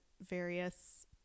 various